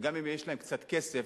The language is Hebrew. וגם אם יש להם קצת כסף,